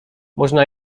można